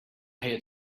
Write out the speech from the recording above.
had